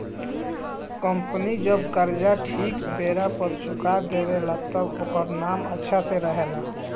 company जब कर्जा ठीक बेरा पर चुका देवे ला तब ओकर नाम अच्छा से रहेला